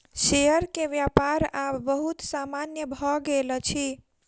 share के व्यापार आब बहुत सामान्य भ गेल अछि